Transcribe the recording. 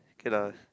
K lah